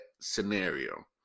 scenario